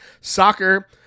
soccer